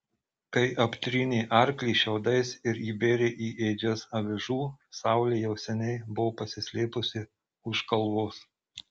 kai aptrynė arklį šiaudais ir įbėrė į ėdžias avižų saulė jau seniai buvo pasislėpusi už kalvos